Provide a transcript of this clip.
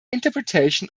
interpretation